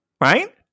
right